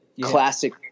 classic